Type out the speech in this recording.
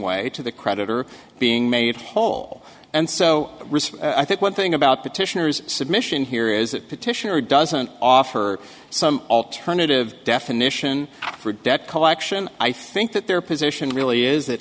way to the creditor being made whole and so i think one thing about petitioners submission here is that petitioner doesn't offer some alternative definition for debt collection i think that their position really is